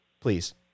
Please